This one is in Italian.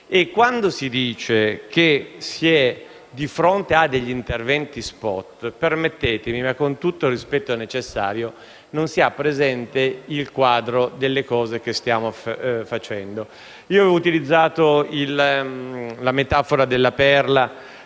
E quando si dice che si è di fronte a degli interventi *spot* - permettetemi, con tutto il rispetto necessario - non si ha presente il quadro delle cose che stiamo facendo. Avevo utilizzato la metafora della perla